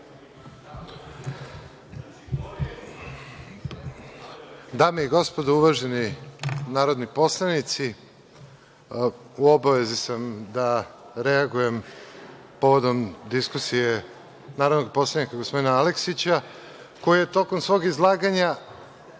Dame i gospodo, uvaženi poslanici u obavezi sam da reagujem povodom diskusije narodnog poslanika gospodina Aleksića koji je tokom svog izlaganja,